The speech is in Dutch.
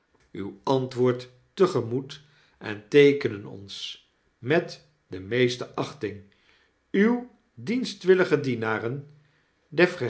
uw antwoord te gemoet en teekenen ons met de meeste achting uwe dienstwillige dienaren